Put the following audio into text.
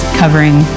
covering